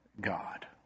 God